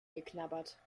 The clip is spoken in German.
geknabbert